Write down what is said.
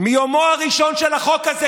מיומו הראשון של החוק הזה,